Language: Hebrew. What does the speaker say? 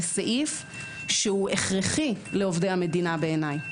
זה סעיף הכרחי לעובדי המדינה בעיניי.